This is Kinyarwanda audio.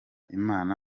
imana